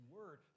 Word